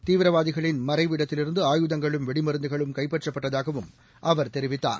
தீவிரவாதிகளின் மறைவிடத்திலிருந்து ஆயுதங்களும் வெடிமருந்துகளும் கைப்பற்றப்பட்டதாகவும் அவர் தெரிவித்தார்